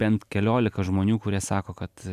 bent keliolika žmonių kurie sako kad